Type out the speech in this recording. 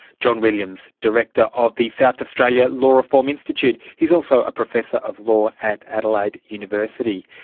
john williams, director of the south australia law reform institute. he is also a professor of law at adelaide university.